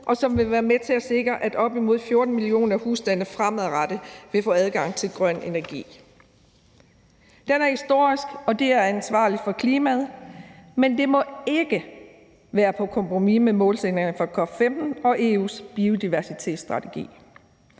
og som vil være med til at sikre, at op imod 14 millioner husstande fremadrettet vil få adgang til grøn energi. Den er historisk, og det er ansvarligt for klimaet, men vi må ikke gå på kompromis med målsætningerne fra COP15 og EU's biodiversitetsstrategi.